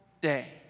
day